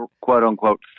quote-unquote